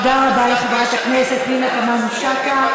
תודה רבה לחברת הכנסת פנינה תמנו-שטה.